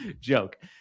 Joke